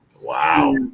Wow